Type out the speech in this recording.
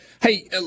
Hey